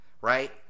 Right